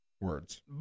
words